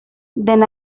then